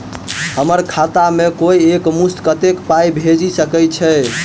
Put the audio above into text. हम्मर खाता मे कोइ एक मुस्त कत्तेक पाई भेजि सकय छई?